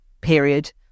period